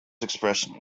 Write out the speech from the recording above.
expression